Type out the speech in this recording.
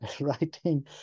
Writing